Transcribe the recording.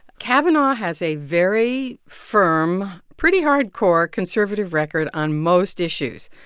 kavanaugh has a very firm, pretty hardcore conservative record on most issues.